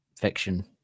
fiction